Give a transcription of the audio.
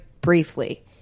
briefly